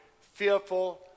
fearful